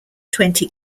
twenty